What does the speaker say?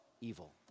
Evil